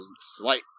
slight